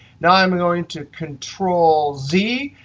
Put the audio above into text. now i'm going to control z,